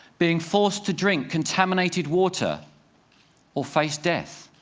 being forced to drink contaminated water or face death.